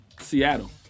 Seattle